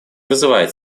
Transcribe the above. вызывает